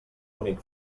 únic